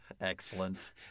Excellent